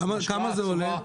כמה זה עולה?